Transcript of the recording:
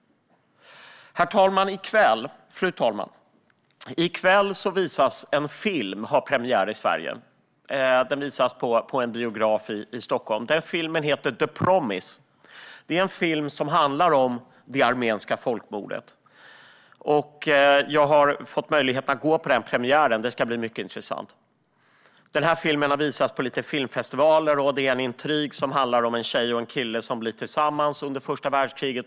Fru talman! I kväll har en film premiär i Sverige. Den visas på en biograf i Stockholm och heter The Promise . Det är en film som handlar om det armeniska folkmordet. Jag har fått möjlighet att gå på den premiären, och det ska bli mycket intressant. Filmen har visats på några filmfestivaler. Den handlar om tjej och en kille som blir tillsammans under det första världskriget.